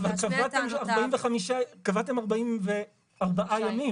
אבל קבעתם 44 ימים